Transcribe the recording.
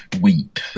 weep